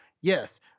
yes